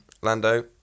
Lando